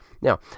Now